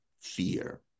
fear